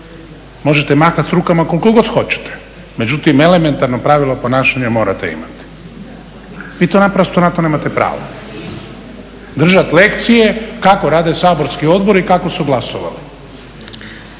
Možete mahati s rukama koliko god hoćete, međutim elementarno pravilo ponašanja morate imati. I to naprosto, na to nemate pravo držat lekcije kako rade Saborski odbori i kako su glasovali.